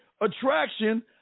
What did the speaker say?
attraction